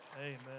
Amen